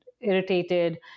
irritated